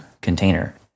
container